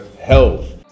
health